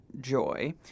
Joy